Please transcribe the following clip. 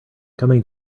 coming